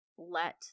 let